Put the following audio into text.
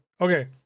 Okay